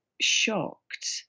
shocked